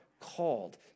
called